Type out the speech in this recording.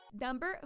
Number